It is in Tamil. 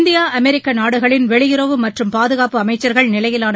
இந்தியா அமெரிக்கா நாடுகளின் வெளியுறவு மற்றும் பாதுகாப்பு அமைச்சர்கள் நிலையிலான